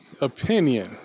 opinion